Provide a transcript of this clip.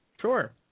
Sure